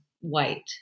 white